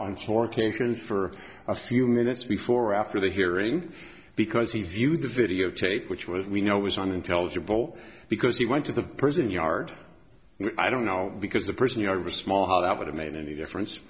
through for a few minutes before or after the hearing because he viewed the videotape which was we know it was unintelligible because he went to the prison yard i don't know because the person your wrists mol how that would have made any difference